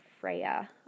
Freya